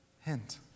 hint